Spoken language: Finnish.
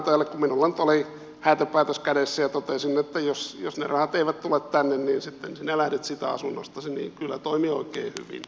kun minulla oli häätöpäätös kädessä ja totesin että jos ne rahat eivät tule tänne niin sitten sinä lähdet siitä asunnosta niin kyllä se toimi oikein hyvin